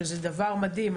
שזה דבר מדהים.